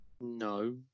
no